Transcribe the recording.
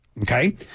Okay